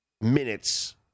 minutes